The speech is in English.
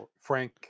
Frank